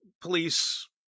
police